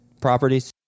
properties